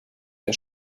der